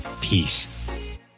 Peace